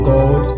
God